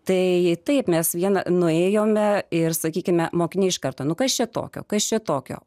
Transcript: tai taip mes vieną nuėjome ir sakykime mokiniai iš karto nu kas čia tokio kas čia tokio